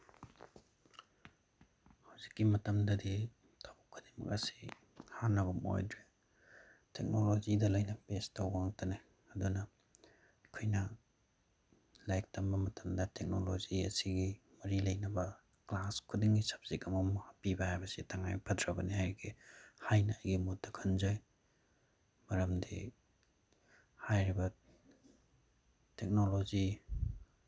ꯍꯧꯖꯤꯛꯀꯤ ꯃꯇꯝꯗꯗꯤ ꯊꯕꯛ ꯈꯨꯗꯤꯡꯃꯛ ꯑꯁꯤ ꯍꯥꯟꯅꯒꯨꯝ ꯑꯣꯏꯗ꯭ꯔꯦ ꯇꯦꯛꯅꯣꯂꯣꯖꯤꯗ ꯂꯣꯏꯅ ꯕꯦꯁ ꯇꯧꯕ ꯉꯥꯛꯇꯅꯦ ꯑꯗꯨꯅ ꯑꯩꯈꯣꯏꯅ ꯂꯥꯏꯔꯤꯛ ꯇꯝꯕ ꯃꯇꯝꯗ ꯇꯦꯛꯅꯣꯂꯣꯖꯤ ꯑꯁꯤꯒꯤ ꯃꯔꯤ ꯂꯩꯅꯕ ꯀ꯭ꯂꯥꯁ ꯈꯨꯗꯤꯡꯒꯤ ꯁꯞꯖꯦꯛ ꯑꯃꯃꯝ ꯍꯥꯞꯄꯤꯕ ꯍꯥꯏꯕꯁꯤ ꯇꯉꯥꯏ ꯐꯗ꯭ꯔꯕꯅꯤ ꯍꯥꯏꯒꯦ ꯍꯥꯏꯅ ꯑꯩꯒꯤ ꯃꯣꯠꯇ ꯈꯟꯖꯩ ꯃꯔꯝꯗꯤ ꯍꯥꯏꯔꯤꯕ ꯇꯦꯛꯅꯣꯂꯣꯖꯤ